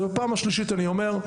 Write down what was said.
ובפעם השלישית אני אומר,